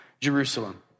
Jerusalem